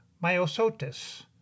Myosotis